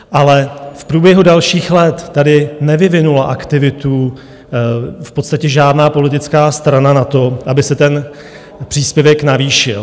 Ale v průběhu dalších let tady nevyvinula aktivitu v podstatě žádná politická strana na to, aby se ten příspěvek navýšil.